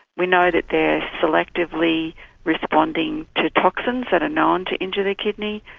we know that they are selectively responding to toxins that are known to injure the kidney,